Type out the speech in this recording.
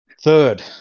Third